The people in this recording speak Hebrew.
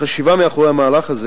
החשיבה מאחורי המהלך הזה